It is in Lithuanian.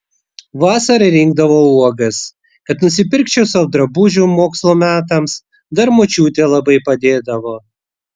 vasara rinkdavau uogas kad nusipirkčiau sau drabužių mokslo metams dar močiutė labai padėdavo